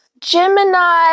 Gemini